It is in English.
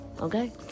okay